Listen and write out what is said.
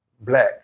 black